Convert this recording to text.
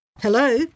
Hello